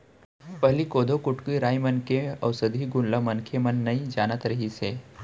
पहिली कोदो, कुटकी, राई मन के अउसधी गुन ल मनखे मन नइ जानत रिहिस हे